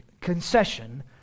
concession